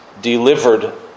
delivered